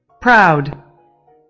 Proud